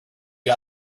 you